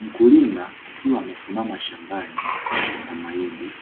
Mkulima akiwa amesimama shambani na mahindi,